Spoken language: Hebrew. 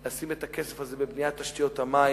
לשים את הכסף הזה בבניית תשתיות המים,